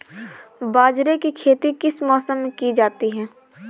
बाजरे की खेती किस मौसम में की जाती है?